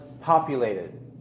populated